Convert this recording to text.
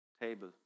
table